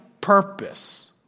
purpose